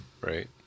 Right